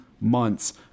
months